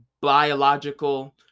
biological